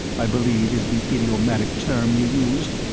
i believe is the idiomatic term you used.